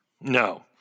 No